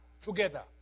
together